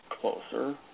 closer